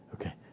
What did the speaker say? Okay